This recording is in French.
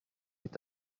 est